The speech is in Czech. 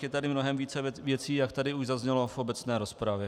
Je tady mnohem více věcí, jak tady už zaznělo v obecné rozpravě.